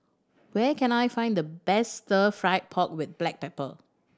where can I find the best Stir Fry pork with black pepper